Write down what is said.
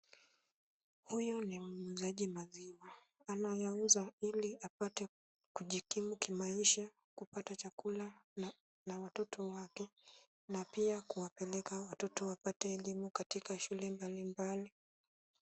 Huyu ni muuzaji maziwa, anayauza ili apate kujikimu kimaisha, kupata chakula na watoto wake na pia kupeleka watoto wake wapate elimu katika shule mbalimbali.